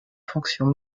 fonction